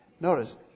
notice